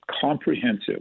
comprehensive